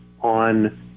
on